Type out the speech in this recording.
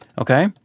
okay